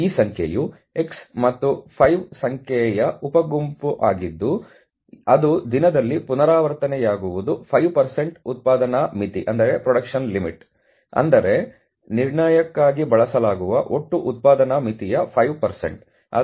ಆದ್ದರಿಂದ ಈ ಸಂಖ್ಯೆಯು x ಮತ್ತು 5 ಸಂಖ್ಯೆಯ ಉಪ ಗುಂಪಾಗಿದ್ದು ಅದು ದಿನದಲ್ಲಿ ಪುನರಾವರ್ತನೆಯಾಗುವುದು 5 ಉತ್ಪಾದನಾ ಮಿತಿ ಅಂದರೆ ನಿರ್ಣಯಕ್ಕಾಗಿ ಬಳಸಲಾಗುವ ಒಟ್ಟು ಉತ್ಪಾದನಾ ಮಿತಿಯ 5